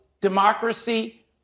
democracy